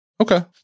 Okay